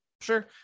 sure